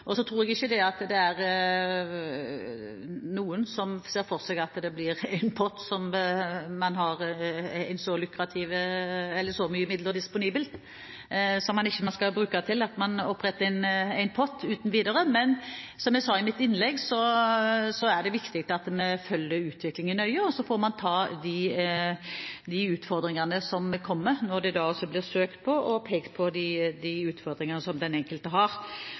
Så tror jeg ikke at det er noen som ser for seg at det blir en pott hvor man har så mye midler disponible, og at man skal opprette en pott uten videre. Men, som jeg sa i mitt innlegg, er det viktig at vi følger utviklingen nøye, og så får man ta de utfordringene som kommer når det blir søkt om midler og pekt på de utfordringene som den enkelte har.